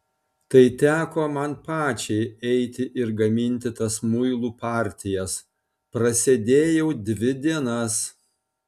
tai teko man pačiai eiti ir gaminti tas muilų partijas prasėdėjau dvi dienas